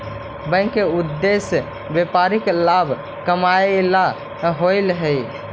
bank के उद्देश्य व्यापारिक लाभ कमाएला होववऽ हइ